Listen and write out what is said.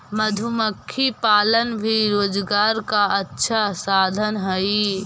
मधुमक्खी पालन भी रोजगार का अच्छा साधन हई